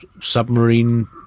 submarine